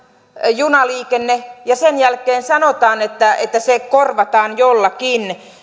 junaliikenne ja sen jälkeen sanotaan että se korvataan jollakin